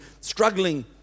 struggling